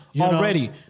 already